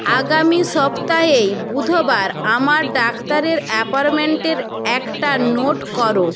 আগামী সপ্তাহেই বুধবার আমার ডাক্তারের অ্যাপার্মেন্টের একটা নোট করো